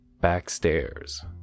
Backstairs